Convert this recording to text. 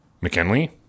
McKinley